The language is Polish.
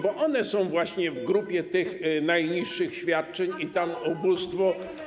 Bo one są właśnie w grupie tych najniższych świadczeń i tam ubóstwo.